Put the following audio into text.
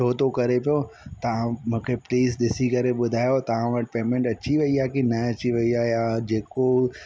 show थो करे पियो तव्हां मूंखे प्लीज ॾिसी करे ॿुधायो तव्हां वटि पेमेंट अची वई आहे कि न अची वई आहे या जेको